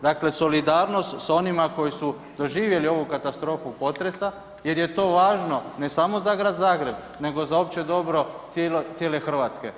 Dakle, solidarnost s onima koji su doživjeli ovu katastrofu potresa jer je to važno ne samo za Grad Zagreb nego za opće dobro cijele Hrvatske.